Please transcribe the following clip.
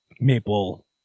maple